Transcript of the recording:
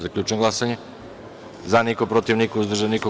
Zaključujem glasanje: za – niko, protiv – niko, uzdržanih – nema.